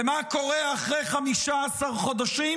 ומה קורה אחרי 15 חודשים?